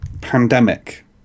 Pandemic